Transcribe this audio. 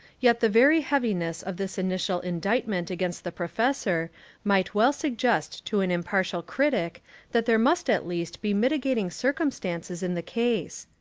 yet the very heaviness of this initial indict ment against the professor might well sug gest to an impartial critic that there must at least be mitigating circumstances in the case.